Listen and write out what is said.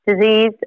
disease